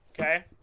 Okay